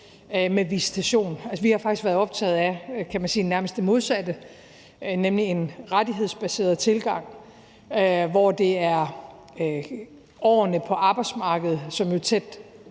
med visitation. Altså, vi har faktisk været optaget af nærmest det modsatte, nemlig en rettighedsbaseret tilgang, hvor det er årene på arbejdsmarkedet – som jo